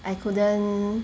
I couldn't